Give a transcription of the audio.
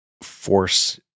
force